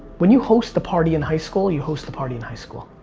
when you host the party in high school, you host the party in high school.